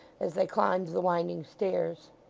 as they climbed the winding stairs.